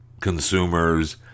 consumers